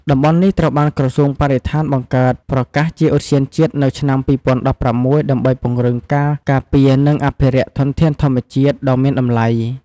តំបន់នេះត្រូវបានក្រសួងបរិស្ថានបង្កើតប្រកាសជាឧទ្យានជាតិនៅឆ្នាំ ២០១៦ ដើម្បីពង្រឹងការការពារ និងអភិរក្សធនធានធម្មជាតិដ៏មានតម្លៃ។